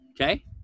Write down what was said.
Okay